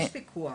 יש פיקוח.